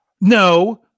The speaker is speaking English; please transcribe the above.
No